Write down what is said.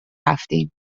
رفتیم